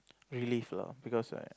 relief lah because I